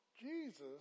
Jesus